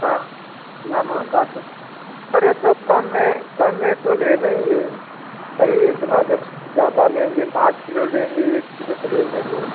हाँ इतना महंगा तो अरे तो कम में कम में तो लेना ही है भाई जब इतना ज़्यादा लेंगे पाँच किलो लेंगे एक किलो तो लेंगे नहीं